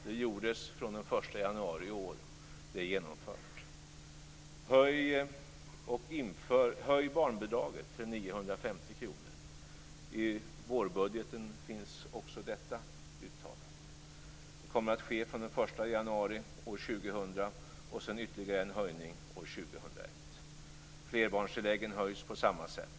Detta genomfördes den 1 januari i år. - I vårbudgeten finns också detta uttalat. Det kommer att ske genom en höjning den 1 januari år 2000 och ytterligare en höjning år 2001. Flerbarnstilläggen höjs på samma sätt.